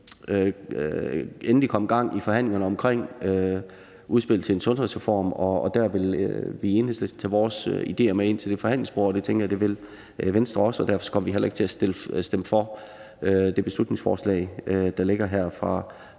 endelig kommet gang i forhandlingerne om udspillet til en sundhedsreform, og der vil vi i Enhedslisten tage vores idéer med ind til forhandlingsbordet. Det tænker jeg at Venstre også vil. Derfor kommer vi heller ikke til at stemme for det beslutningsforslag, der ligger her fra